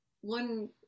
one